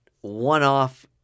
one-off